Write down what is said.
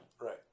right